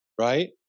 Right